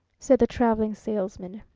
said the traveling salesman.